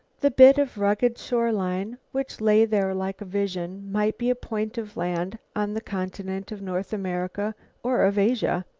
the bit of rugged shore line which lay there like a vision might be a point of land on the continent of north america or of asia.